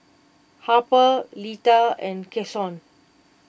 Harper Lita and Kason